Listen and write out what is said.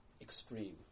extreme